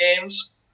games